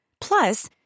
Plus